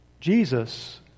Jesus